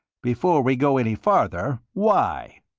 before we go any farther why?